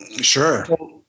Sure